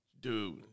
Dude